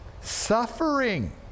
Suffering